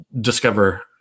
discover